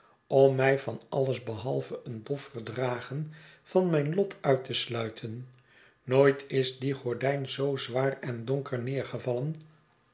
om mij van alles behalve een dofverdragen van mijn lot uit te sluiten nooit is die gordijn zoo zwaar en donker